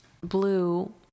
Blue